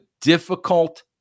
difficult